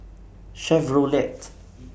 Chevrolet